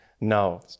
No